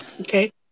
Okay